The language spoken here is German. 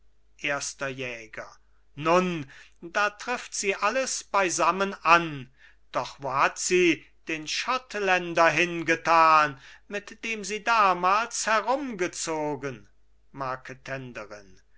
erster jäger nun da trifft sie alles beisammen an doch wo hat sie den schottländer hingetan mit dem sie damals herumgezogen